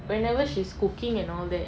whenever she's cooking and all that